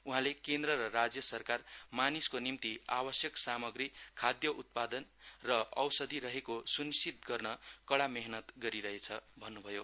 उहाँले केन्द्र र राज्य सरकार मानिसको निम्ति आवश्यक सामग्री खाद्य उत्पाद र औषधि रहेको सुनिश्चित गर्ने कडा मेहेनत गरिरहेछ भन्नुभयो